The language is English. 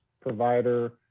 provider